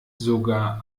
sogar